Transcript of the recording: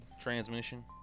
transmission